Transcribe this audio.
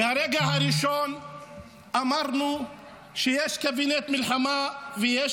מהרגע הראשון אמרנו שיש קבינט מלחמה ויש